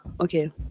Okay